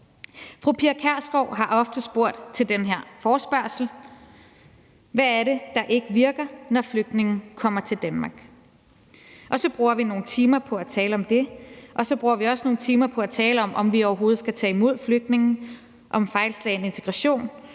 Fru Pia Kjærsgaard har ofte spurgt under den her forespørgsel, hvad det er, der ikke virker, når flygtninge kommer til Danmark. Og så bruger vi nogle timer på at tale om det, og så bruger vi også nogle timer på at tale om, om vi overhovedet skal tage imod flygtninge, om fejlslagen integration,